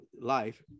Life